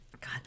god